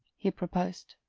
he proposed.